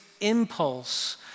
impulse